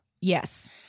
Yes